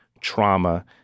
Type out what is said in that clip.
trauma